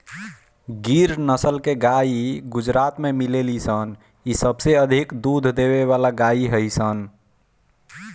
गिर नसल के गाई गुजरात में मिलेली सन इ सबसे अधिक दूध देवे वाला गाई हई सन